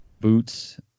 Boots